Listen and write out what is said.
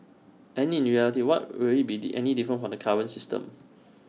and in reality will were be did any different from the current system